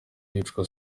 bicwa